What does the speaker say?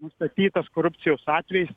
nustatytas korupcijos atvejais